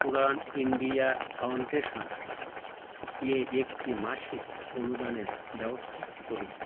উড়ান India foundation এ একটি মাসিক অনুদানের ব্যবস্থা করুন